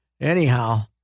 anyhow